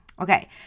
Okay